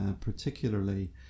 particularly